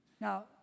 Now